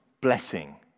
blessing